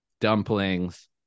dumplings